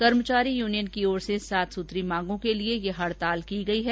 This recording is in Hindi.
कर्मचारी यूनियन की ओर से सात सूत्री मांगों के लिए यह हडताल की गई है